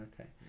Okay